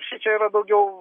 šičia yra daugiau